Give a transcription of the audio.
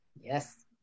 Yes